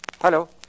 Hello